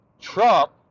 Trump